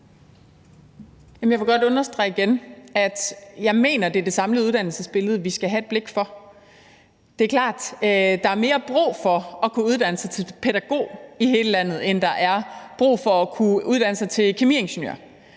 Jeg vil godt understrege igen, at jeg mener, det er det samlede uddannelsesbillede, vi skal have et blik for. Det er klart, at der er mere brug for at kunne uddanne sig til pædagog i hele landet, end der er brug for at kunne uddanne sig til kemiingeniør,